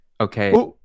Okay